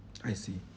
I see